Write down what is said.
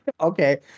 okay